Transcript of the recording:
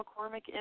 McCormick